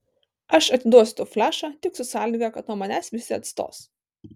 aš atiduosiu tau flešą tik su sąlyga kad nuo manęs visi atstos